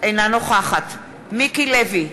אינה נוכחת מיקי לוי,